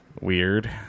Weird